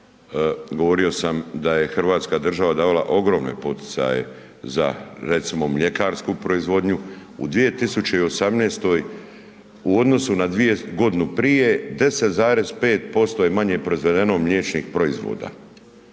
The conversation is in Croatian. govorio sam da je hrvatska država davala ogromne poticaje za, recimo mljekarsku proizvodnju. U 2018. u odnosu na dvije, godinu prije 10,5% je manje proizvedeno mliječnih proizvoda,